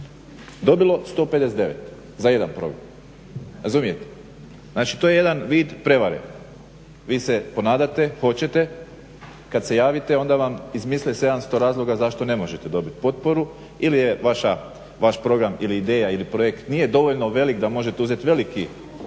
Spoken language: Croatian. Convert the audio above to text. dobilo 159 za jedan program. Znači to je jedan vid prevare. Vi se ponadate, hoćete, kad se javite onda vam izmisle 700 razloga zašto ne možete dobit potporu ili vaš program ili ideja ili projekt nije dovoljno velik da možete uzet veliki iznos